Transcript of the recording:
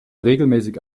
regelmäßig